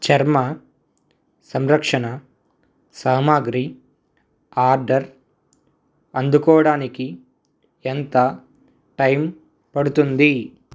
చర్మ సంరక్షణ సామాగ్రి ఆర్డర్ అందుకోవడానికి ఎంత టైం పడుతుంది